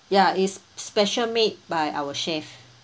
ya it's special made by our chef